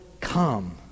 come